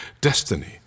destiny